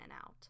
out